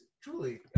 truly